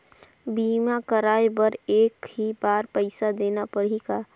बीमा कराय बर एक ही बार पईसा देना पड़ही का?